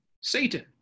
Satan